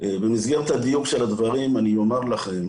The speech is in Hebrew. במסגרת הדיוק של הדברים אני אומר לכם...